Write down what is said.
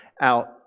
out